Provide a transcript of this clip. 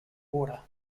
water